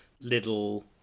little